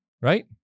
right